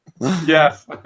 Yes